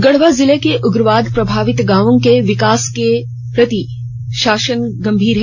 गढ़वा जिले के उग्रवाद प्रभावित गांवों के विकास के प्रति प्रशासन गंभीर है